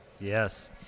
Yes